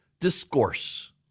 discourse